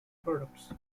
products